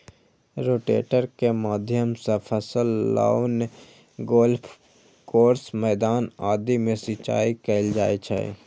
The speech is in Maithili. रोटेटर के माध्यम सं फसल, लॉन, गोल्फ कोर्स, मैदान आदि मे सिंचाइ कैल जाइ छै